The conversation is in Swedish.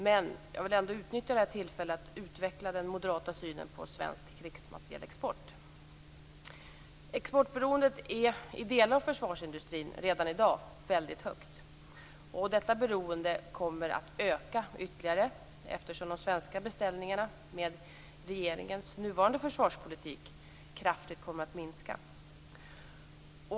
Men jag vill ändå utnyttja detta tillfälle att utveckla den moderata synen på svensk krigsmaterielexport. Exportberoendet är i delar av försvarsindustrin redan i dag väldigt högt. Detta beroende kommer att öka ytterligare, eftersom de svenska beställningarna på grund av regeringens nuvarande försvarspolitik kraftigt kommer att minska.